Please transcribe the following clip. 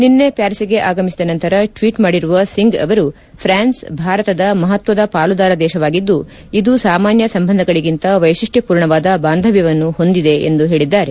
ನಿನ್ನೆ ಪ್ಯಾರಿಸ್ಗೆ ಆಗಮಿಸಿದ ನಂತರ ಟ್ಲೀಟ್ ಮಾಡಿರುವ ಸಿಂಗ್ ಅವರು ಫ್ರಾನ್ಸ್ ಭಾರತದ ಮಹತ್ವದ ಪಾಲುದಾರ ದೇಶವಾಗಿದ್ಲು ಇದು ಸಾಮಾನ್ಯ ಸಂಬಂಧಗಳಿಗಿಂತ ವೈಶಿಷ್ಟ ಪೂರ್ಣವಾದ ಬಾಂಧವ್ಯವನ್ನು ಹೊಂದಿದೆ ಎಂದು ಹೇಳಿದ್ದಾರೆ